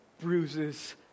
bruises